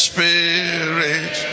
Spirit